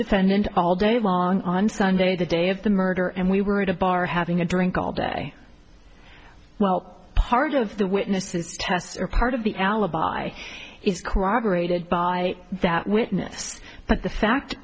defendant all day long on sunday the day of the murder and we were at a bar having a drink all day well part of the witnesses test or part of the alibi is corroborated by that witness but the fact